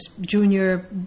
junior